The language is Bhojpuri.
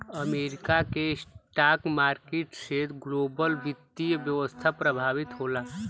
अमेरिका के स्टॉक मार्किट से ग्लोबल वित्तीय व्यवस्था प्रभावित होला